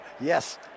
yes